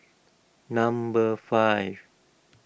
number five